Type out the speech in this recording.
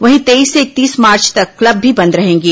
वहीं तेईस से इकतीस मार्च तक क्लब भी बंद रहेंगे